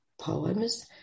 poems